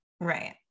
Right